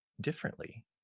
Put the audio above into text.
differently